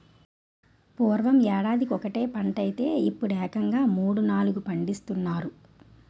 పూర్వం యేడాదికొకటే పంటైతే యిప్పుడేకంగా మూడూ, నాలుగూ పండిస్తున్నారు